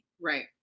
Right